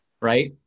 right